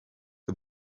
the